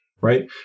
Right